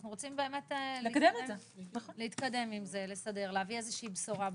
אנחנו רוצים להתקדם עם זה, להביא איזו בשורה.